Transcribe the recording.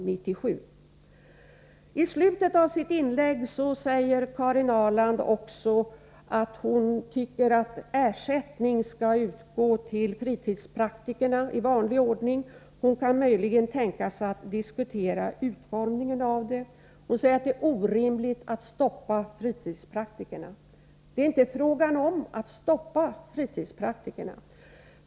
Karin Ahrland säger i slutet av sitt inlägg att hon anser att ersättning, i vanlig ordning, skall utgå till fritidspraktikerna. Hon kan emellertid tänka sig att diskutera utformningen härvidlag. Enligt Karin Ahrland är det orimligt att stoppa fritidspraktikerna. Men det är inte fråga om att stoppa dem.